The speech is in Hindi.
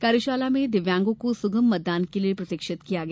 कार्यशाला में दिव्यांगों को सुगम मतदान के लिए प्रशिक्षित किया गया